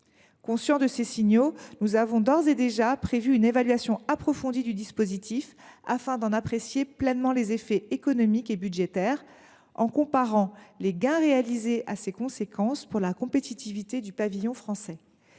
Conscients de ces signaux, nous avons d’ores et déjà prévu une évaluation approfondie du dispositif visant à en apprécier pleinement les effets économiques et budgétaires : il va nous falloir comparer les gains réalisés aux effets produits sur la compétitivité du pavillon français.